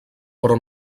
però